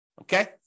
Okay